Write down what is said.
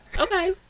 Okay